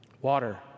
Water